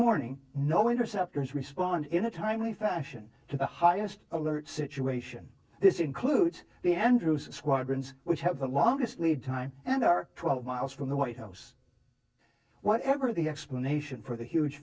morning no interceptors respond in a timely fashion to the highest alert situation this includes the andrews squadrons which have the longest lead time and are twelve miles from the white house whatever the explanation for the huge